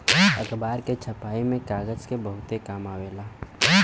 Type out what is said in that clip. अखबार के छपाई में कागज के बहुते काम आवेला